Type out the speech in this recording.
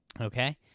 Okay